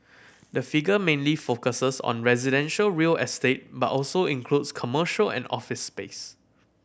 the figure mainly focuses on residential real estate but also includes commercial and office space